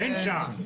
אין שעה.